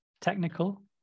technical